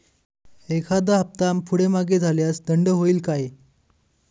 एखादा हफ्ता पुढे मागे झाल्यास दंड होईल काय?